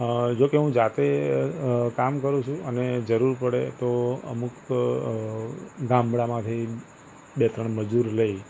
અ જોકે હું જાતે કામ કરું છું અને જરૂર પડે તો અમુક ગામડામાંથી બે ત્રણ મજૂર લઇ